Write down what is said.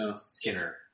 Skinner